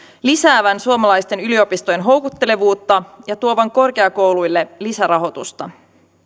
lisäävän suomalaisten yliopistojen houkuttelevuutta ja tuovan korkeakouluille lisärahoitusta